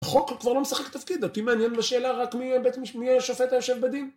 החוק כבר לא משחק תפקיד, אותי מעניינת השאלה רק מי יהיה שופט היושב בדין?